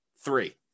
three